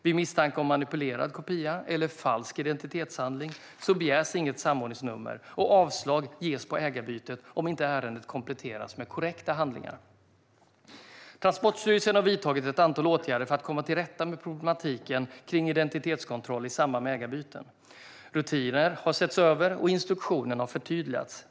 Vid misstanke om manipulerad kopia eller falsk identitetshandling begärs inget samordningsnummer, och avslag ges på ägarbytet om inte ärendet kompletteras med korrekta handlingar. Transportstyrelsen har vidtagit ett antal åtgärder för att komma till rätta med problematiken kring identitetskontroll i samband med ägarbyten. Rutiner har setts över och instruktioner har förtydligats.